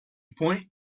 point